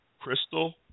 Crystal